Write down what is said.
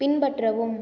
பின்பற்றவும்